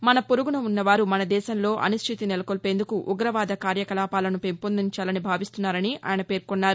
మన పొరుగున ఉన్నవారు మన దేశంలో అనిశ్చితి నెలకొల్పేందుకు ఉగ్రవాద కార్యకలాపాలను పెంపొందించాలని భావిస్తున్నారని ఆయన పేర్కొన్నారు